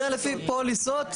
אני יודע לפי פוליסות.